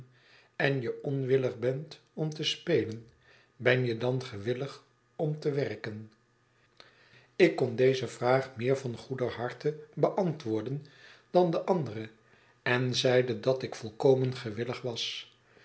en je onwillig bent om te spelen ben je dan gewillig om te werken ik kon deze vraag meer van goeder harte beantwoorden dan de andere en zeide dat ik volkomen gewillig was